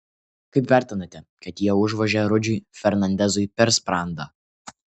kaip vertinate kad jie užvožė rudžiui fernandezui per sprandą